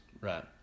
Right